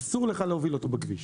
אסור לך להוביל אותו בכביש.